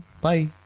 Bye